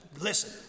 listen